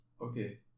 Okay